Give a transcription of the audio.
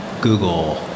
Google